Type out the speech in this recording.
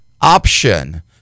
option